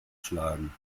schlagen